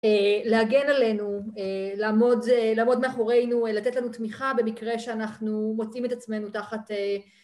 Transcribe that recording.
להגן עלינו, לעמוד מאחורינו, לתת לנו תמיכה במקרה שאנחנו מוצאים את עצמנו תחת